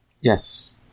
Yes